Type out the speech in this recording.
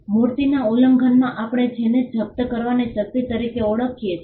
મૂર્તિના ઉલ્લંઘનમાં આપણે જેને જપ્ત કરવાની શક્તિ તરીકે ઓળખીએ છીએ